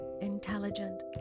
intelligent